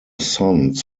sons